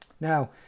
Now